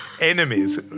enemies